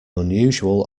unusual